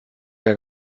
der